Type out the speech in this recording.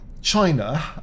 China